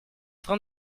train